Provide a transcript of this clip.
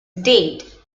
date